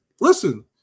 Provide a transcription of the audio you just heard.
listen